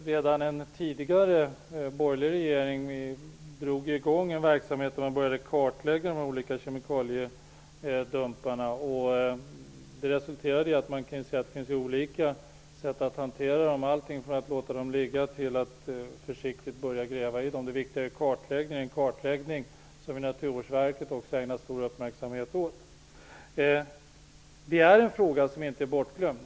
Redan en tidigare borgerlig regering drog i gång en verksamhet och började kartlägga de olika kemikaliedumparna. Det resulterade i att man kunde säga att det finns olika sätt att hantera dem på, allt från att låta dem ligga till att försiktigt börja gräva i dem. Det viktiga är kartläggningen, som Naturvårdsverket också har ägnat stor uppmärksamhet åt. Den här frågan är inte bortglömd.